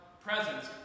presence